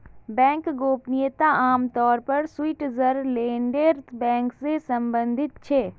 bank गोपनीयता आम तौर पर स्विटज़रलैंडेर बैंक से सम्बंधित छे